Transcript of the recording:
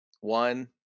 One